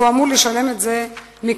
הוא אמור לשלם את זה מכיסו.